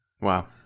wow